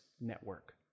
network